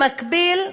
במקביל,